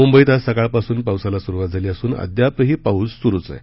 मुंबईत आज सकाळपासून पावसाला सुरूवात झाली असून अद्यापही पाऊस सुरूव आहे